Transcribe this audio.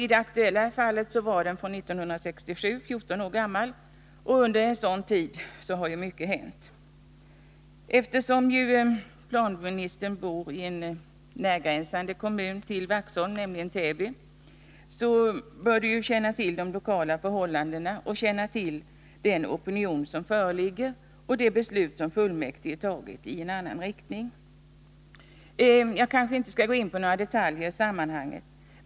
I det aktuella fallet var planen från 1967 och alltså 14 år gammal. Under en så lång tid har mycket hunnit hända. Eftersom planministern bor i en till Vaxholm gränsande kommun, 81 nämligen Täby, bör han känna till de lokala förhållandena, den opinion som föreligger och kommunfullmäktiges i förhållande till regeringens beslut avvikande ställningstagande. Jag skall kanske inte gå in på några detaljer i sammanhanget.